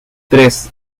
tres